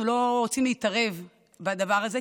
אנחנו לא רוצים להתערב בדבר הזה,